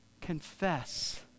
Confess